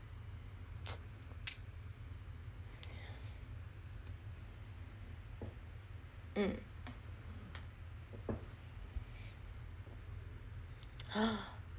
mm